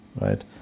right